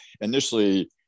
initially